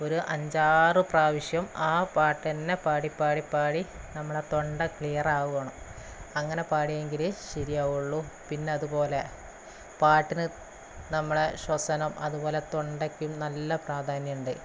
ഒരു അഞ്ചാറ് പ്രാവശ്യം ആ പാട്ടുതന്നെ പാടി പാടി പാടി നമ്മടെ തൊണ്ട ക്ലിയറാവണം അങ്ങനെ പാടിയെങ്കിലേ ശരിയാവുള്ളു പിന്നതുപോലെ പാട്ടിന് നമ്മളെ ശ്വസനം അതുപോലെ തൊണ്ടയ്ക്കും നല്ല പ്രാധാന്യമുണ്ട്